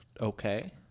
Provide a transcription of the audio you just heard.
okay